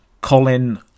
Colin